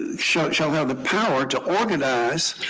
ah shall shall have the power to organize,